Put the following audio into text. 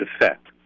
effect